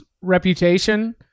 reputation